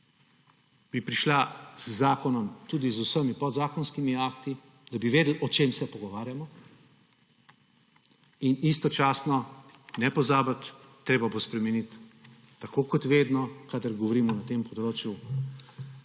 bi prišla z zakonom, tudi z vsemi podzakonskimi akti, da bi vedeli, o čem se pogovarjamo. In istočasno, ne pozabiti, treba bo spremeniti, tako kot vedno, kadar govorimo o tem področju,